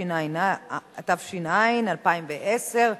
התש"ע 2010,